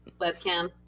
webcam